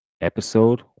episode